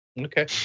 Okay